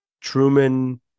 truman